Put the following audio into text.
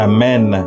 Amen